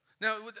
Now